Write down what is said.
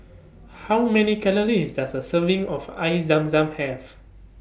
How Many Calories Does A Serving of Air Zam Zam Have